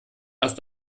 erst